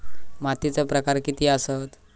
मातीचे प्रकार किती आसत?